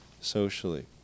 socially